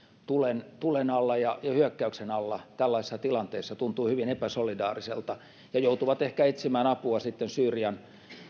tulen tulen alla ja hyökkäyksen alla tällaisessa tilanteessa tuntuu hyvin epäsolidaariselta he joutuvat ehkä etsimään apua sitten syyrian